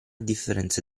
differenza